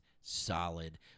solid